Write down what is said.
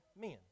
men